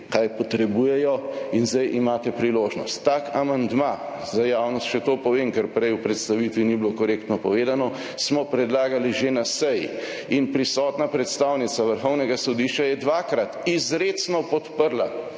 kaj potrebujejo, in zdaj imate priložnost. Tak amandma, za javnost še to povem, ker prej v predstavitvi ni bilo korektno povedano, smo predlagali že na seji in prisotna predstavnica Vrhovnega sodišča je dvakrat izrecno podprla